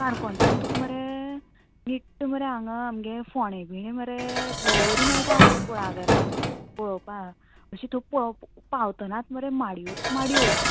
काणकोणच्यान तुका मरे निट्ट मरे हांगा आमगे फोण्या बिण्या मरे बरीं मेळटा कुळागरां पळोवपाक अशी तुका पळोवप पावतनाच मरे माडयोच माडयो